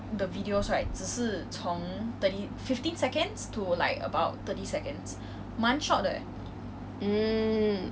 以前我看了 Tiktok 我觉得很 cringey lah 你觉得 leh